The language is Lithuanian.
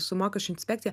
su mokesčių inspekcija